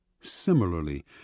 Similarly